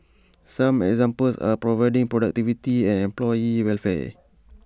some examples are improving productivity and employee welfare